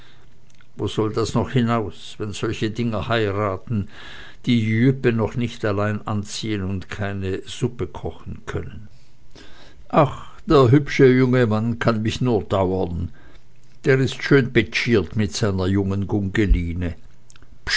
wo soll das noch hinaus wenn solche dinger heiraten die die jüppe noch nicht allein anziehen und keine suppe kochen können ach der hübsche junge mensch kann mich nur dauern der ist schön petschiert mit seiner jungen